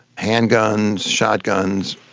handguns, shotguns,